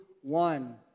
one